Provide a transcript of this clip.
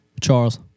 Charles